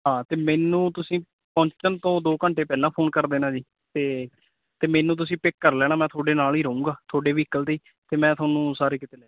ਹਾਂ ਅਤੇ ਮੈਨੂੰ ਤੁਸੀਂ ਪਹੁੰਚਣ ਤੋਂ ਦੋ ਘੰਟੇ ਪਹਿਲਾਂ ਫੋਨ ਕਰ ਦੇਣਾ ਜੀ ਅਤੇ ਅਤੇ ਮੈਨੂੰ ਤੁਸੀਂ ਪਿੱਕ ਕਰ ਲੈਣਾ ਮੈਂ ਤੁਹਾਡੇ ਨਾਲ ਹੀ ਰਹੂੰਗਾ ਤੁਹਾਡੇ ਵਹੀਕਲ 'ਤੇ ਹੀ ਅਤੇ ਫਿਰ ਮੈਂ ਤੁਹਾਨੂੰ ਸਾਰੇ ਕਿਤੇ ਲੈ ਜੂ